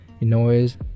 noise